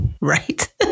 Right